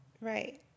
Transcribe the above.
Right